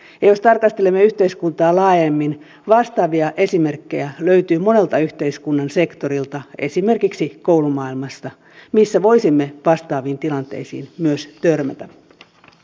ja jos tarkastelemme yhteiskuntaa laajemmin vastaavia esimerkkejä löytyy monelta yhteiskunnan sektorilta esimerkiksi koulumaailmasta missä voisimme vastaaviin tilanteisiin myös törmätä